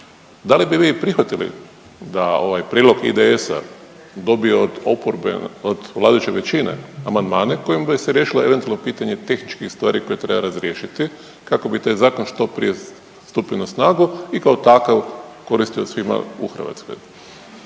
Da li bi vi prihvatili da ovaj prijedlog IDS-a dobio od oporbe, od vladajuće većine amandmane kojim bi se riješila eventualno pitanje tehničkih stvari koje treba razriješiti kako bi taj zakon što prije stupio na snagu i kao takav koristio svima u Hrvatskoj.